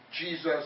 Jesus